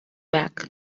back